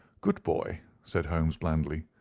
good boy, said holmes, blandly.